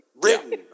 written